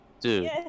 Dude